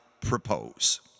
propose